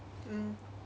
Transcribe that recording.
mm